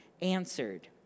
answered